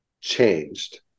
changed